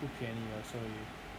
不便宜了所以